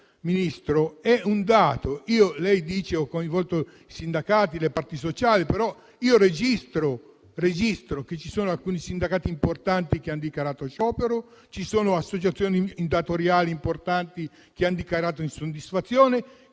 Ministra, è un dato: lei dice di aver coinvolto i sindacati e le parti sociali, ma io registro che alcuni sindacati importanti hanno dichiarato sciopero e associazioni datoriali importanti hanno dichiarato insoddisfazione.